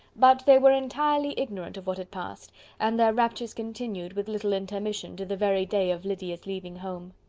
but they were entirely ignorant of what had passed and their raptures continued, with little intermission, to the very day of lydia's leaving home.